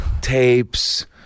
tapes